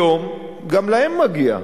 היום גם להם מגיע,